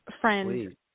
friend